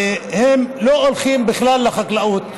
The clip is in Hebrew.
והם לא הולכים בכלל לחקלאות.